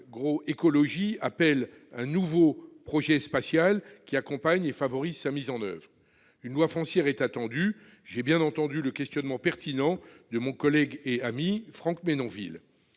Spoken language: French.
l'agroécologie appelle un nouveau projet spatial, qui en accompagne et favorise la mise en oeuvre. Une loi foncière est attendue. À cet égard, j'ai bien entendu le questionnement pertinent de mon collègue et ami Franck Menonville.